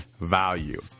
value